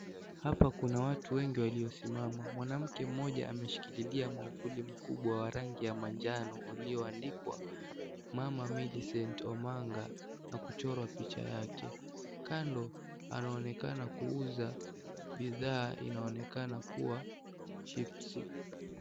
Hapa kuna watu wengi waliosimama, mwanamke mmoja ameshikililia mwavuli mkubwa wa rangi ya manjano ulioandikwa Mama Millicent Omanga na kuchorwa picha yake, kando, anaonekana kuuza, bidhaa inaonekana kuwa chipsi.